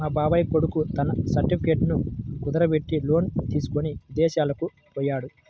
మా బాబాయ్ కొడుకు తన సర్టిఫికెట్లను కుదువబెట్టి లోను తీసుకొని ఇదేశాలకు పొయ్యాడు